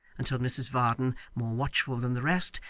until mrs varden, more watchful than the rest,